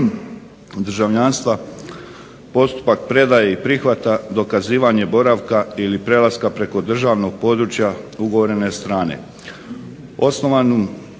državljanstva, postupak predaje i prihvata, dokazivanje boravka ili prelaska preko državnog područja ugovorene strane, osnovanu